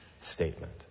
statement